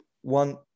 one